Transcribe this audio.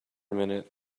minute